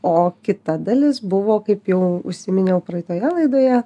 o kita dalis buvo kaip jau užsiminiau praeitoje laidoje